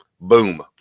Boom